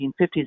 1950s